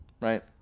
Right